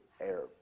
air